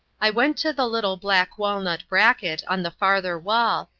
i went to the little black-walnut bracket on the farther wall,